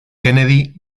kennedy